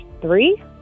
Three